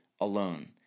alone